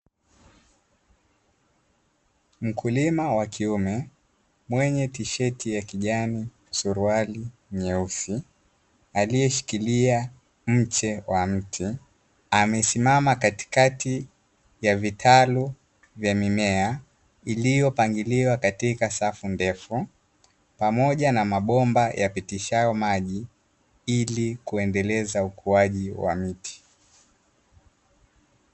Mkulima wa kiume mwenye tisheti ya kijani suruali nyeusi aliyeshikilia mche wa mti, amesimama katikati ya vitalu vya mimea iliyopangiliwa katika safu ndefu pamoja na mabomba yapitishayo maji ili kuendeleza ukuaji wa miti.